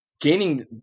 gaining